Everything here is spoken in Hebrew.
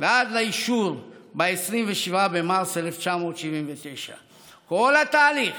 ועד לאישור ב-27 במרץ 1979. כל התהליך